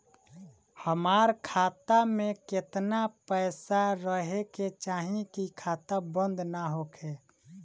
हमार खाता मे केतना पैसा रहे के चाहीं की खाता बंद ना होखे?